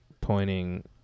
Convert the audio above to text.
pointing